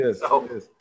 yes